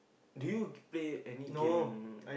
do you play any game